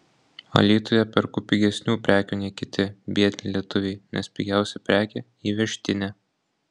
alytuje perku pigesnių prekių nei kiti biedni lietuviai nes pigiausia prekė įvežtinė